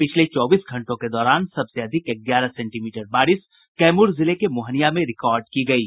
पिछले चौबीस घंटों के दौरान सबसे अधिक ग्यारह सेंटीमीटर बारिश कैमूर जिले के मोहनियां में रिकार्ड की गयी